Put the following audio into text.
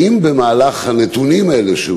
האם במהלך הגשת הנתונים האלה,